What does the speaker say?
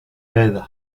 red